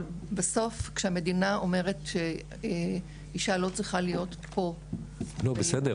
אבל בסוף כשהמדינה אומרת שאישה לא צריכה להיות פה -- בסדר,